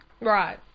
Right